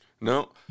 no